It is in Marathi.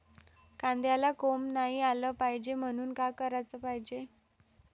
कांद्याला कोंब नाई आलं पायजे म्हनून का कराच पायजे?